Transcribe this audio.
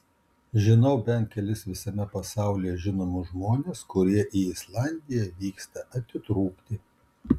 žinau bent kelis visame pasaulyje žinomus žmones kurie į islandiją vyksta atitrūkti